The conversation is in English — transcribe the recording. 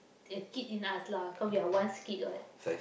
a kid in us lah cause we are once kids